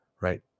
right